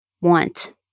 want